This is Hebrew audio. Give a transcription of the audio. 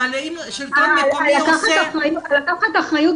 עזבו --- זה גם עניין של עלויות,